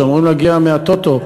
שאמורים להגיע מהטוטו,